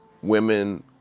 Women